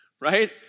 Right